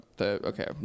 okay